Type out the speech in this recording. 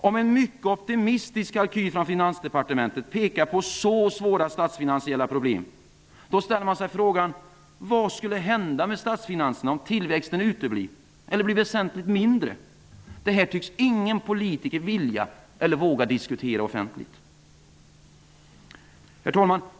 Om en mycket optimistisk kalkyl från Finansdepartementet pekar på så svåra statsfinansiella problem, ställer man sig frågan: Vad skulle hända med statsfinanserna om tillväxten uteblir eller blir väsentligt mindre? Det tycks ingen politiker vilja eller våga diskutera offentligt. Herr talman!